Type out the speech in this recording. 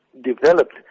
developed